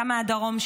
אתה מהדרום,